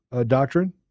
Doctrine